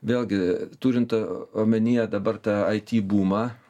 vėlgi turint omenyje dabar ta ai ty bumą